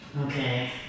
Okay